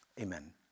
amen